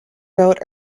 wrote